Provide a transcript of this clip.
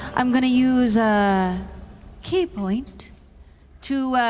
i'm going to use a ki point to